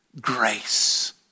Grace